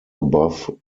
above